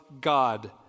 God